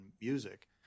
music